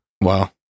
Wow